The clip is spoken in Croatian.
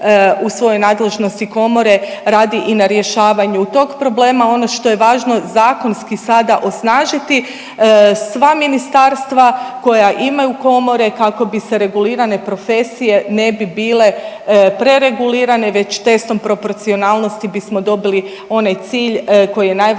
u svojoj nadležnosti komore radi i na rješavanju tog problema. Ono što je važno zakonski sada osnažiti. Sva ministarstva koja imaju komore kako bi se regulirane profesije ne bi bile preregulirane već testom proporcionalnosti bismo dobili onaj cilj koji je najvažniji